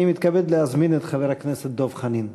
אני מתכבד להזמין את חבר הכנסת דב חנין.